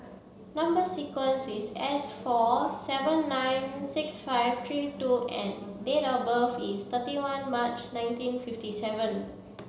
number sequence is S four seven nine six five three two N date of birth is thirty one March nineteen fifty seven